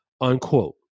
unquote